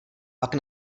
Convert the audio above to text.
pak